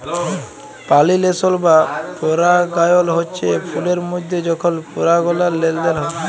পালিলেশল বা পরাগায়ল হচ্যে ফুলের মধ্যে যখল পরাগলার লেলদেল হয়